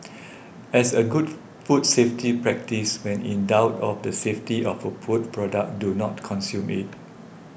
as a good food safety practice when in doubt of the safety of a food product do not consume it